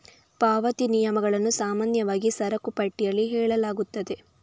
ಪಾವತಿ ನಿಯಮಗಳನ್ನು ಸಾಮಾನ್ಯವಾಗಿ ಸರಕು ಪಟ್ಟಿಯಲ್ಲಿ ಹೇಳಲಾಗುತ್ತದೆ